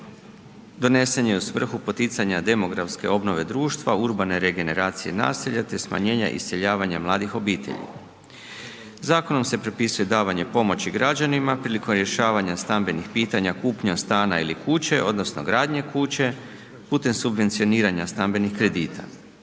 donesen je u svrhu poticanja demografske obnove društva, urbane regeneracije naselja te smanjenja iseljavanja mladih obitelji. Zakonom se propisuje davanje pomoći građanima prilikom rješavanja stambenih pitanja, kupnja stana ili kuće odnosno gradnje kuće putem subvencioniranja stambenih kredita.